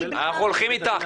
--- אנחנו הולכים איתך,